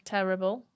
Terrible